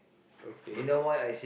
okay